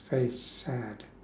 very sad